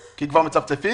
כי כבר מצפצפים?